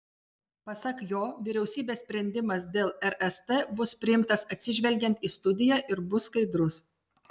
pasak jo vyriausybės sprendimas dėl rst bus priimtas atsižvelgiant į studiją ir bus skaidrus